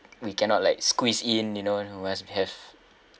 we cannot like squeeze in you know we must have